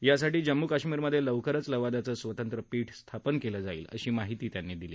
यासाठी जम्मू काश्मीरमध्यविवकरच लवादाचं स्वतंत्र पीठ स्थापन कल जाईल अशी माहिती त्यांनी दिली